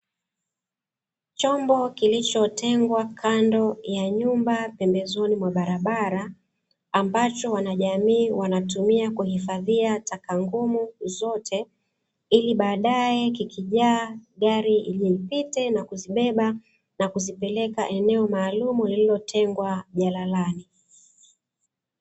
Chombo kilichotengwa kando ya nyumba pembezoni mwa barabara, ambacho wanajamii wanatumia kuhifadhia taka ngumu zote, ili baadaye kikijaa gari lije lipite na kuzibeba na kuzipeleka eneo maalumu lililotengwa jalalani.